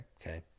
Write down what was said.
Okay